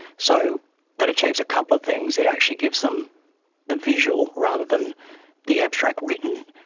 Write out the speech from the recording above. so that achieves a couple of things. it actually gives them the visual rather than the abstract written,